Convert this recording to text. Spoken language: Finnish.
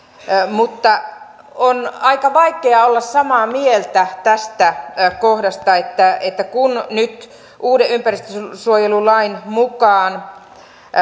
mutta on aika vaikea olla samaa mieltä tästä kohdasta että että kun nyt uuden ympäristönsuojelulain mukaan